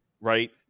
right